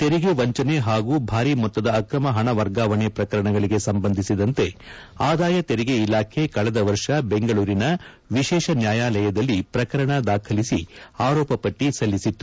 ತೆರಿಗೆ ವಂಚನೆ ಹಾಗೂ ಭಾರಿ ಮೊತ್ತದ ಅಕ್ರಮ ಹಣ ವರ್ಗಾವಣೆ ಪ್ರಕರಣಗಳಿಗೆ ಸಂಬಂಧಿಸಿದಂತೆ ಆದಾಯ ತೆರಿಗೆ ಇಲಾಖೆ ಕಳೆದ ವರ್ಷ ಬೆಂಗಳೂರಿನ ವಿಶೇಷ ನ್ಯಾಯಾಲಯದಲ್ಲಿ ಪ್ರಕರಣ ದಾಖಲಿಸಿ ಆರೋಪಪಟ್ಟಿ ಸಲ್ಲಿಸಿತ್ತು